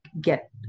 get